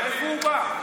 מאיפה הוא בא?